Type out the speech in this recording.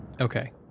Okay